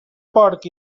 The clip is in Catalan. porc